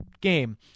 game